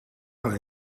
wel